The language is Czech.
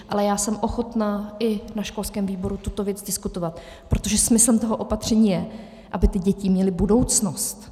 Ale já jsem ochotna i na školském výboru tuto věc diskutovat, protože smyslem toho opatření je, aby ty děti měly budoucnost.